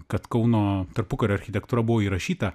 kad kauno tarpukario architektūra buvo įrašyta